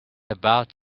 about